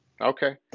Okay